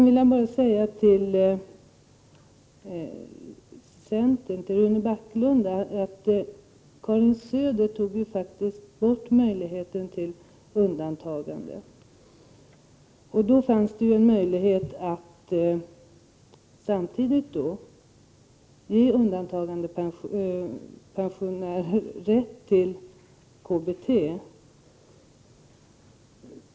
Till Rune Backlund vill jag bara säga att Karin Söder faktiskt tog bort möjligheten till undantagande. Då kunde man samtidigt ge undantagandepensionärer rätt till KBT.